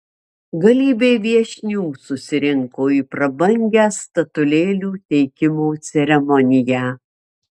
galybė viešnių susirinko į prabangią statulėlių teikimo ceremoniją